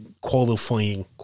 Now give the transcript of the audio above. qualifying